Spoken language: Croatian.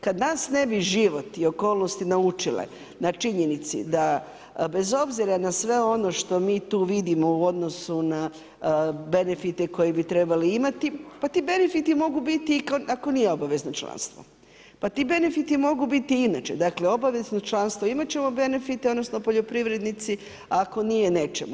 Kad nas ne bi život i okolnosti naučile na činjenici da bez obzira na sve ono što mi tu vidimo u odnosu na benefite koje bi trebali imat pa ti benefiti mogu biti i ako nije obavezno članstvo, pa ti benefiti mogu biti i inače, dakle obavezno članstvo imat ćemo benefite, odnosno poljoprivrednici, ako nije, nećemo.